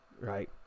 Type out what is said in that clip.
Right